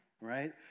right